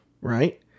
right